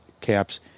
caps